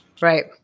Right